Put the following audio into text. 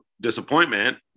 disappointment